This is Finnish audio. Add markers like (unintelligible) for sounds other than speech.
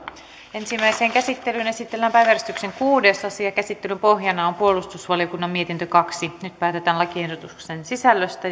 ensimmäiseen käsittelyyn esitellään päiväjärjestyksen kuudes asia käsittelyn pohjana on puolustusvaliokunnan mietintö kaksi nyt päätetään lakiehdotuksen sisällöstä (unintelligible)